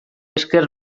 esker